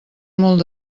molt